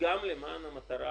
היא לא קופת צד של מדינת ישראל.